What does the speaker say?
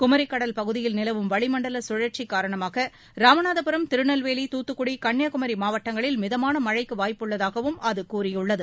குமரிக் கடல் பகுதியில் நிலவும் வளிமண்டல கழற்சி காரணமாக ராமநாதபுரம் திருநெல்வேலி தூத்துக்குடி கன்னியாகுமரி மாவட்டங்களில் மிதமான மழைக்கு வாய்ப்புள்ளதாகவும் அது கூறியுள்ளது